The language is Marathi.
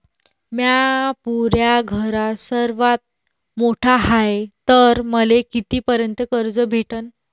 म्या पुऱ्या घरात सर्वांत मोठा हाय तर मले किती पर्यंत कर्ज भेटन?